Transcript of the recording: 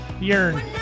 yearn